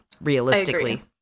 realistically